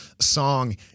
song